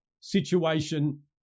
situation